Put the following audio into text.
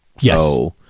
Yes